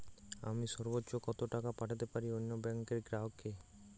আমি সর্বোচ্চ কতো টাকা পাঠাতে পারি অন্য ব্যাংকের গ্রাহক কে?